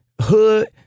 hood